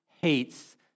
hates